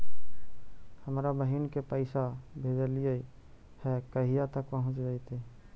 हमरा बहिन के पैसा भेजेलियै है कहिया तक पहुँच जैतै?